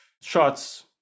shots